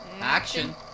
action